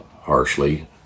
harshly